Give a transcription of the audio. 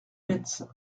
metz